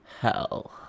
Hell